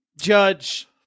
judge